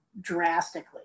drastically